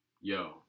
yo